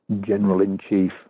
general-in-chief